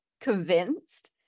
convinced